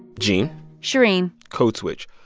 gene shereen code switch.